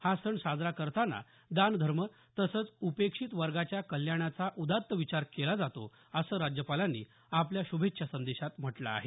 हा सण साजरा करताना दानधर्म तसेच उपेक्षित वर्गाच्या कल्याणाचा उदात्त विचार केला जातो असं राज्यपालांनी आपल्या श्भेच्छा संदेशात म्हटलं आहे